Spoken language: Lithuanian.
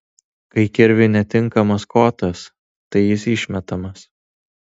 kai kirviui netinkamas kotas tai jis išmetamas